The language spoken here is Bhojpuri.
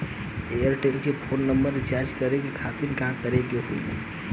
एयरटेल के फोन नंबर रीचार्ज करे के खातिर का करे के होई?